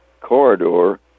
corridor